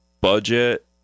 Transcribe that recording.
budget